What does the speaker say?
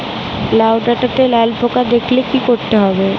লাউ ডাটাতে লাল পোকা দেখালে কি করতে হবে?